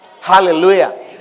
Hallelujah